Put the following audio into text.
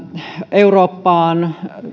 eurooppaan